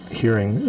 hearing